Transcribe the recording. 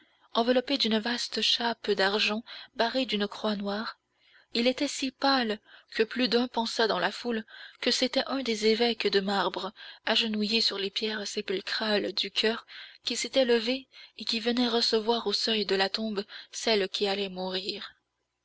enveloppé d'une vaste chape d'argent barrée d'une croix noire il était si pâle que plus d'un pensa dans la foule que c'était un des évêques de marbre agenouillés sur les pierres sépulcrales du choeur qui s'était levé et qui venait recevoir au seuil de la tombe celle qui allait mourir